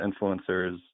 influencers